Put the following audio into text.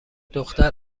دختر